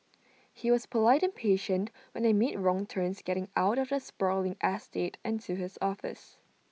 he was polite and patient when I made wrong turns getting out of the sprawling estate and to his office